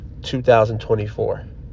2024